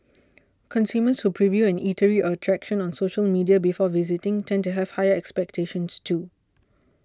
consumers who preview an eatery or attraction on social media before visiting tend to have higher expectations too